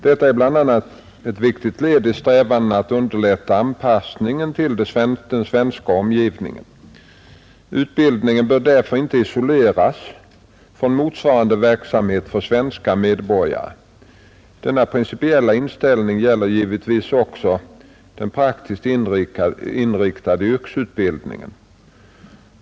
Detta är bl.a. ett viktigt led i strävandena att underlätta anpassningen till den svenska omgivningen. Utbildningen bör därför inte isoleras från motsvarande verksamhet för svenska medborgare. Denna principiella inställning gäller givetvis också den praktiskt inriktade yrkesutbildningen.